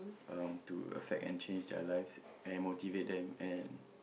um to affect and change their lives and motivate them and